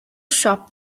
shop